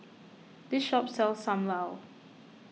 this shop sells Sam Lau